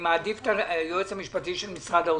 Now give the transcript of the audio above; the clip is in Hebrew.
אני מעדיף שיבוא היועץ המשפטי של משרד האוצר.